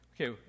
Okay